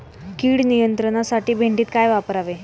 कीड नियंत्रणासाठी भेंडीत काय वापरावे?